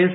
S